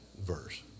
verse